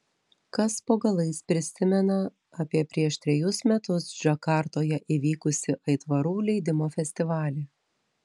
kas po galais prisimena apie prieš trejus metus džakartoje įvykusį aitvarų leidimo festivalį